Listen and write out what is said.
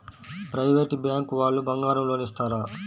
Private bank వాళ్ళు బంగారం loan ఇస్తారా?